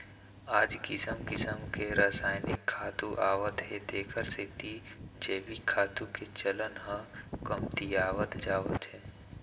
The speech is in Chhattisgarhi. आज किसम किसम के रसायनिक खातू आवत हे तेखर सेती जइविक खातू के चलन ह कमतियावत जावत हे